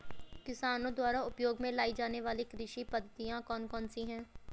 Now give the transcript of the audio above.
किसानों द्वारा उपयोग में लाई जाने वाली कृषि पद्धतियाँ कौन कौन सी हैं?